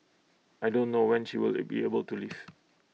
I don't know when she will be able to leave